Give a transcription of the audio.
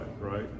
right